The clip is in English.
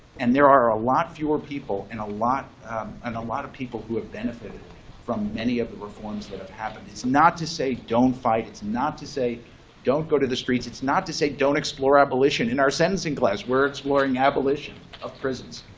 and there are a lot fewer people, and and a lot of people who have benefited from many of the reforms that have happened. it's not to say don't fight. it's not to say don't go to the streets. it's not to say don't explore abolition. in our sentencing class, we're exploring abolition of prisons.